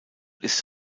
ist